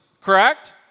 Correct